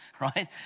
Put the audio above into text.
right